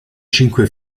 cinque